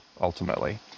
ultimately